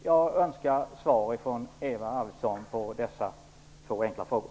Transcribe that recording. Jag önskar svar ifrån Eva Arvidsson på dessa enkla frågor.